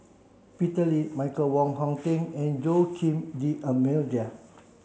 Peter Lee Michael Wong Hong Teng and Joaquim D'almeida